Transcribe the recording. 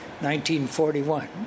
1941